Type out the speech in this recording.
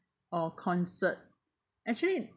or concert actually